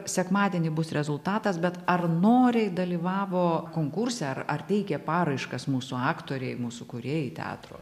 sekmadienį bus rezultatas bet ar noriai dalyvavo konkurse ar ar teikė paraiškas mūsų aktoriai mūsų kūrėjai teatro